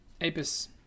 Apis